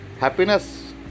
happiness